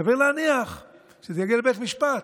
סביר להניח שזה יגיע לבית משפט,